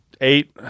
eight